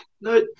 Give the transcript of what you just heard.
No